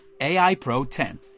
AIPRO10